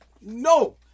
No